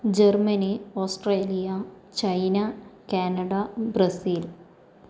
Germany Australia China Canada Brazil